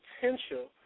potential